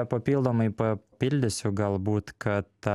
papildomai papildysiu galbūt kad